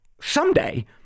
Someday